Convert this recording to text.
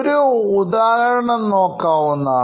ഒരു ഉദാഹരണം നോക്കാവുന്നതാണ്